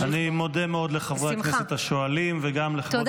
אני מודה מאוד לחברי הכנסת השואלים וגם לשרה.